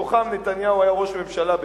מתוכן נתניהו היה ראש ממשלה,